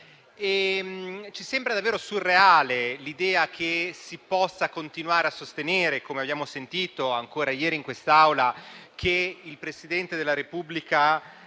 Ci sembra davvero surreale l'idea che si possa continuare a sostenere, come abbiamo sentito ancora ieri in quest'Aula, che il Presidente della Repubblica